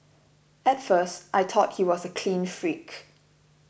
at first I thought he was a clean freak